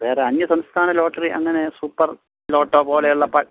വേറെ അന്യസംസ്ഥാന ലോട്ടറി അങ്ങനെ സൂപ്പർ ലോട്ടോ പോലെയുള്ള